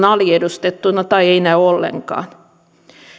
aliedustettuina tai eivät näy ollenkaan